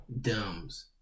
Dumbs